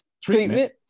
Treatment